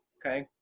okay?